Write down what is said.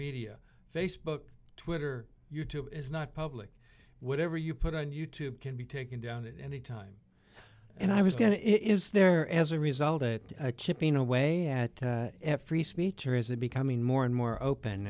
media facebook twitter you tube is not public whatever you put on you tube can be taken down at any time and i was going to it is there as a result of that chipping away at free speech or is it becoming more and more open